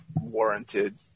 warranted